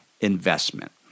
investment